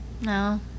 No